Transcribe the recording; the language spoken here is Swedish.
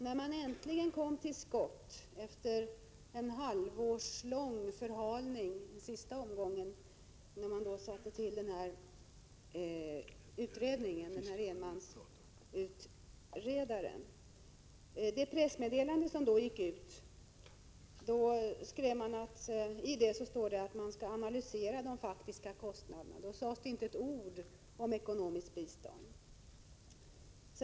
När man äntligen kom till skott, efter en halvårslång förhalning i sista omgången, när man satte till enmansutredaren, stod det i det pressmeddelande som gick ut att man skulle analysera de faktiska kostnaderna. Då sades det inte ett ord om ekonomiskt bistånd.